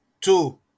two